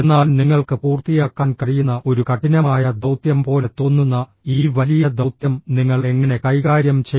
എന്നാൽ നിങ്ങൾക്ക് പൂർത്തിയാക്കാൻ കഴിയുന്ന ഒരു കഠിനമായ ദൌത്യം പോലെ തോന്നുന്ന ഈ വലിയ ദൌത്യം നിങ്ങൾ എങ്ങനെ കൈകാര്യം ചെയ്യും